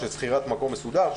של שכירת מקום מסודר.